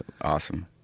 awesome